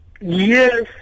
Yes